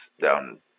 down